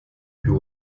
who